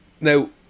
Now